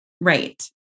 Right